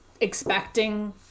expecting